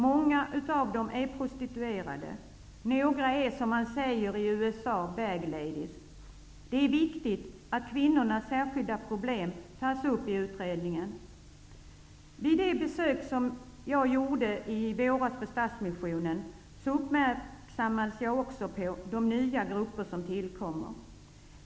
Många av dem är prostituerade. Några är, som man säger i USA, bag ladies. Det är viktigt att kvinnornas särskilda problem tas upp i utredningen. Vid det besök som jag i våras gjorde på Stadsmissionen gjordes jag också uppmärksam på de nya grupper som tillkommer.